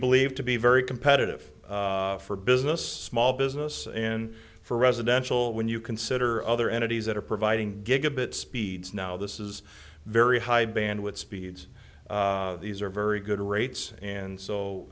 believe to be very competitive for business small business in for residential when you consider other entities that are providing gigabit speeds now this is very high bandwidth speeds these are very good rates and